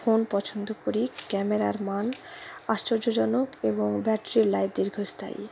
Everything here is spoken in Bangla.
ফোন পছন্দ করি ক্যামেরার মান আশ্চর্যজনক এবং ব্যাটারির লাইফ দীর্ঘস্থায়ী